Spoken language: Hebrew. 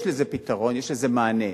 יש לזה פתרון, יש לזה מענה.